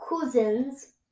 cousins